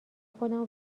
خودمو